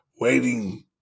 waiting